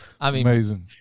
Amazing